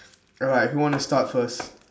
alright who wanna start first